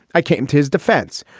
i came to his defense.